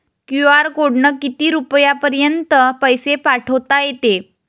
QR कोडनं किती रुपयापर्यंत पैसे पाठोता येते?